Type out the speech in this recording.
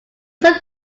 some